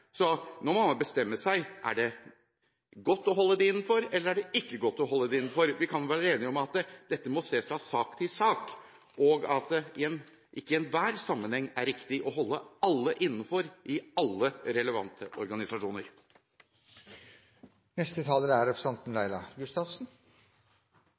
Nå må man bestemme seg. Er det godt å holde dem innenfor eller ikke? Vi kan vel være enige om at dette må ses fra sak til sak, og at det ikke i enhver sammenheng er riktig å holde alle innenfor i alle relevante